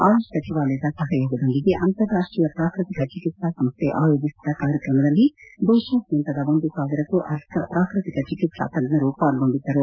ಆಯುಷ್ ಸಚಿವಾಲಯದ ಸಹಯೋಗದೊಂದಿಗೆ ಅಂತಾರಾಷ್ವೀಯ ಪ್ರಾಕೃತಿಕ ಚಿಕಿತ್ಲಾ ಸಂಸ್ಥೆ ಆಯೋಜಿಸಿದ್ದ ಕಾರ್ಯಕ್ರಮದಲ್ಲಿ ದೇಶಾದ್ವಂತದ ಒಂದು ಸಾವಿರಕ್ಕೂ ಅಧಿಕ ಪ್ರಾಕೃತಿಕ ಚಿಕಿತ್ಲಾ ತಜ್ಜರು ಪಾಲ್ಗೊಂಡಿದ್ದರು